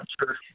sure